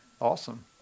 Awesome